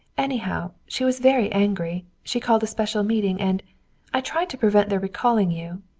anyhow, she was very angry. she called a special meeting, and i tried to prevent their recalling you.